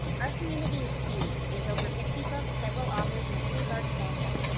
our community is huge. there's over fifty books, several authors, and a pretty large fandom.